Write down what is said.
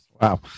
Wow